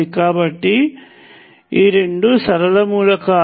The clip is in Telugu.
కాబట్టి ఈ రెండూ సరళ మూలకాలు